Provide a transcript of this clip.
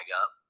up